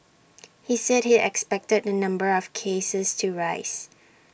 he said he expected the number of cases to rise